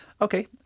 Okay